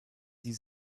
die